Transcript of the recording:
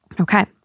Okay